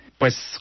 Pues